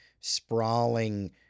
sprawling